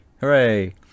hooray